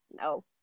No